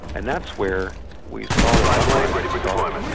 and that's where we saw this uprising start,